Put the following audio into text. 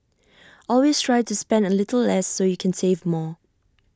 always try to spend A little less so you can save more